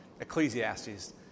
Ecclesiastes